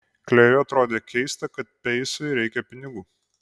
klėjui atrodė keista kad peisui reikia pinigų